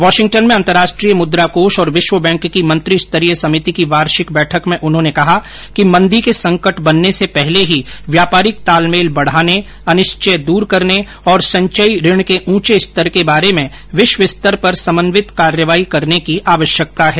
Washington में अंतर्राष्ट्रीय मुद्राकोष और विश्व बैंक की मंत्रिस्तरीय समिति की वार्षिक बैठक में उन्होंने कहा कि मंदी के संकट बनने से पहले ही व्यापारिक तालमेल बढाने अनिश्चिय दूर करने और संचयी ऋण के ऊंचे स्तर के बारे में विश्वस्तर पर समन्वित कार्रवाई करने की आवश्यकता है